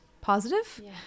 positive